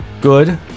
good